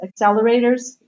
accelerators